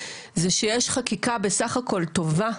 זה שיש חקיקה בסך הכל טובה,